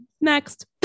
next